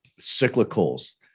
cyclicals